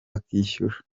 akishyura